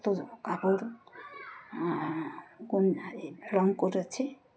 তো কাপড় কোন রঙ করে আছে